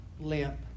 limp